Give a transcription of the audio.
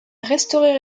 restauré